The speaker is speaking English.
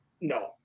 no